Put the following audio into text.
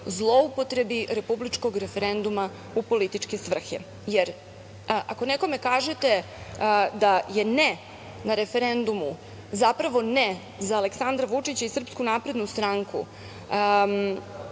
zloupotrebi republičkog referenduma u političke svrhe, jer ako nekome kažete da je „ne“ na referendumu zapravo „ne“ za Aleksandra Vučića i SNS, a referendum